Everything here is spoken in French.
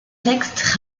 textes